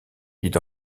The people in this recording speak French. dit